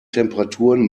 temperaturen